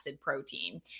protein